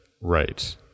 Right